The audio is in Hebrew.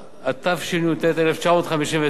התשי"ט 1959,